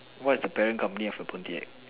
what is the parent company of a